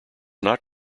not